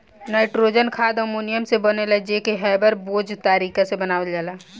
nitrogen खाद ammonia से बनेला जे के हैबर बोच तारिका से बनावल जाला